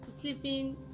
sleeping